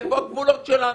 איפה הגבולות שלנו?